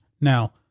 Now